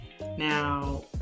Now